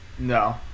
No